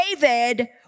David